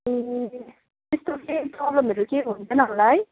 ए त्यस्तो केही प्रब्लमहरू केही हुँदैन होला है